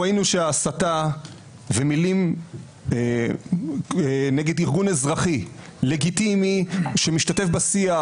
ראינו את התוצאות של הסתה ומילים נגד ארגון אזרחי לגיטימי שמשתתף בשיח,